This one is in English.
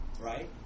right